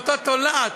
"אותה תולעת"